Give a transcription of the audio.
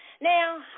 Now